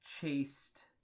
chased